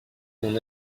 mon